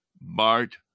Bart